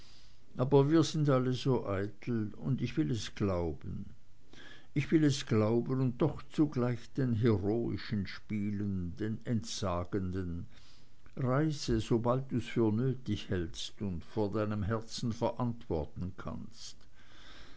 aber wir sind alle so eitel und ich will es glauben ich will es glauben und doch zugleich auch den heroischen spielen den entsagenden reise sobald du's für nötig hältst und vor deinem herzen verantworten kannst